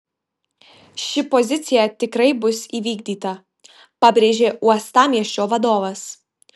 ši pozicija tikrai bus įvykdyta pabrėžė uostamiesčio vadovas